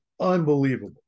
Unbelievable